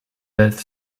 death